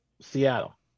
Seattle